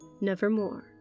nevermore